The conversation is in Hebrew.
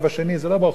זה לא ברחוב שלנו,